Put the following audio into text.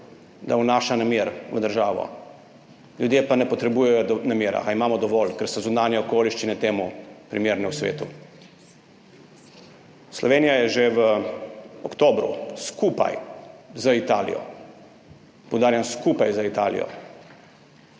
da vnaša nemir v državo. Ljudje pa ne potrebujejo nemira, ga imamo dovolj, ker so zunanje okoliščine temu primerne v svetu. Slovenija je že v oktobru skupaj z Italijo – poudarjam, skupaj z Italijo